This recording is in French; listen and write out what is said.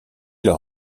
leur